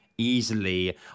easily